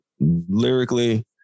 lyrically